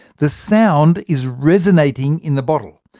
the sound is resonating in the bottle.